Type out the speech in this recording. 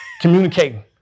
communicating